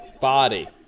Body